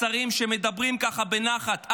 השרים שמדברים ככה בנחת,